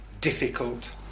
difficult